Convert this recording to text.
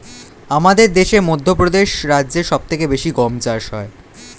আমাদের দেশে মধ্যপ্রদেশ রাজ্যে সব থেকে বেশি গম চাষ হয়